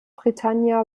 britannia